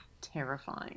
terrifying